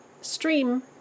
stream